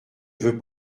veux